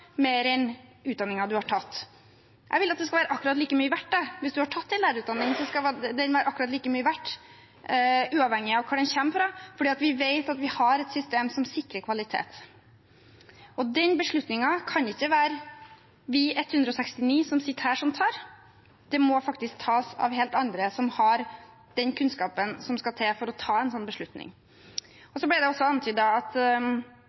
tatt en lærerutdanning, skal den være akkurat like mye verdt uavhengig av hvor den kommer fra, fordi vi vet at vi har et system som sikrer kvalitet. Den beslutningen kan det ikke være vi 169 som sitter her, som tar, den må faktisk tas av helt andre, som har den kunnskapen som skal til for å ta en slik beslutning. Det ble også antydet at